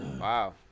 Wow